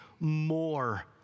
more